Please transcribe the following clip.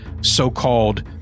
so-called